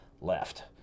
left